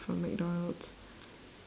from mcdonald's